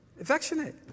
affectionate